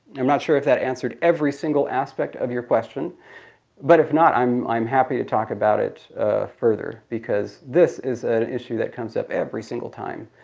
i'm not sure if that answered every single aspect of your question but if not, i'm i'm happy to talk about it further because this is an issue that comes up every single time